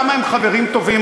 כמה הם חברים טובים,